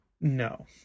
No